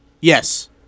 Yes